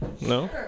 No